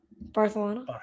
Barcelona